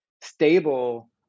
stable